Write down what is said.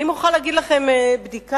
אני מוכרחה להגיד לכם מבדיקה,